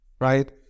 right